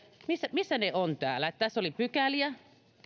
missä ne ovat täällä tässä asetuksessa oli pykäliä